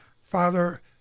Father